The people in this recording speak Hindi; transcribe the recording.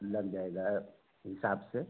लग जाएगा हिसाब से